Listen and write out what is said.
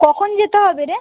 কখন যেতে হবে রে